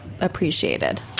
appreciated